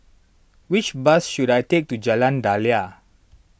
which bus should I take to Jalan Daliah